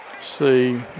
See